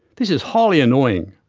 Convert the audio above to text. this is highly annoying,